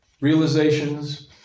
realizations